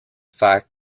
fact